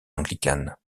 anglicane